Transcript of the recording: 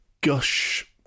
gush